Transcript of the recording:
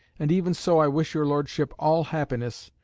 and even so i wish your lordship all happiness,